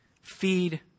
Feed